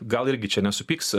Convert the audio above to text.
gal irgi čia nesupyks